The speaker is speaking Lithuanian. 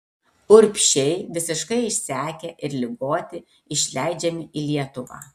urbšiai visiškai išsekę ir ligoti išleidžiami į lietuvą